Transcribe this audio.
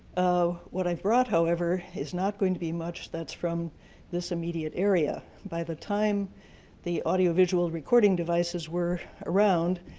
ah what i brought, however, is not going to be much of from this immediate area. by the time the audio video recording devices were around,